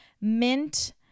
mint